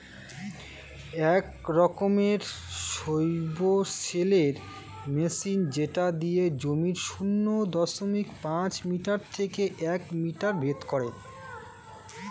এক রকমের সবসৈলের মেশিন যেটা দিয়ে জমির শূন্য দশমিক পাঁচ মিটার থেকে এক মিটার ভেদ করে